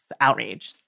outrage